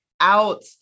out